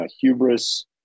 hubris